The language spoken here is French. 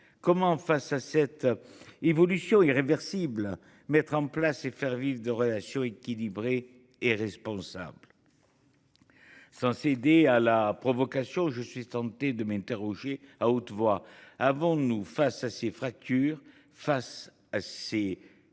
Comment, face à cette évolution irréversible, mettre en place et faire vivre des relations équilibrées et responsables ? Sans céder à la provocation, je suis tenté de m’interroger à haute voix : avons nous, face à ces fractures, face à ces